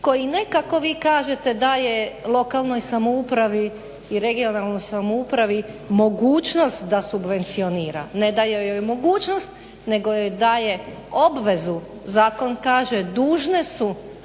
koji ne kako vi kažete da je lokalnoj samoupravi i regionalnoj samoupravi mogućnost da subvencionira, ne daje joj mogućnost nego joj daje obvezu. Zakon kaže dužne su